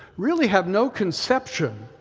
really have no conception